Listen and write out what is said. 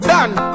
Done